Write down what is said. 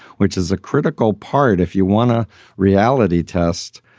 which is a critical part. if you want a reality test,